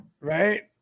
right